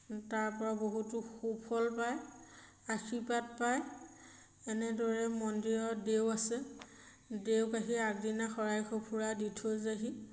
তাৰপৰা বহুতো সুফল পায় আশীৰ্বাদ পায় এনেদৰে মন্দিৰত দেউ আছে দেউক আহি আগদিনা শৰাই সঁফুৰা দি থৈ যায়হি